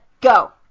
go